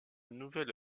nouvelle